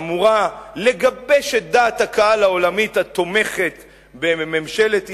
אמורה לגבש את דעת הקהל העולמית התומכת בממשלת ישראל,